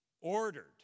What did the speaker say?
ordered